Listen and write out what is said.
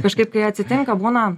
kažkaip kai atsitinka būna